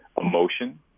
emotion